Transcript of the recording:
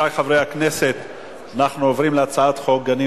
אני קובע שהצעת חוק "גלי צה"ל"